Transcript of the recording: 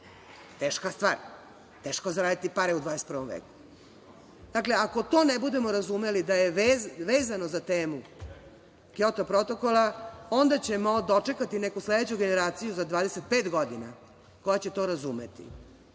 teška stvar, teško zaraditi pare u 21. veku. Dakle, ako to ne budemo razumeli da je vezano za temu Kjoto protokola, onda ćemo dočekati neku sledeću generaciju za 25 godina koja će to razumeti.